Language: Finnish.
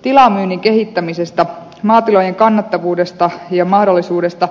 kun tilamyynnin kehittämisestä maatilojen kannattavuudesta ja mahdollisuudesta